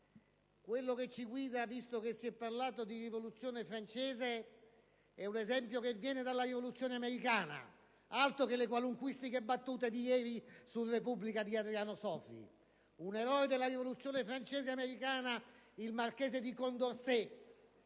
Quello che ci guida, visto che si è parlato di rivoluzione francese, è un esempio che viene dalla rivoluzione americana: altro che le qualunquistiche battute, pubblicate ieri su «la Repubblica», di Adriano Sofri. Un eroe della rivoluzione francese ed americana, il marchese di Condorcet,